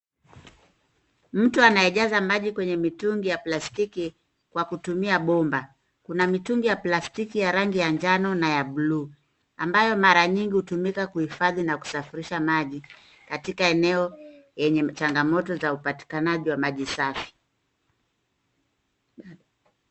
Mtu anayejaza maji kwenye mitungi ya plastiki, kwa kutumia bomba. Kuna mitungi ya plastiki ya rangi ya njano, na ya blue ,ambayo mara nyingi hutumika kuhifadhi na kusafirisha maji katika eneo yenye changamoto wa upatikanaji wa maji safi.